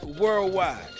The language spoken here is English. worldwide